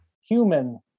human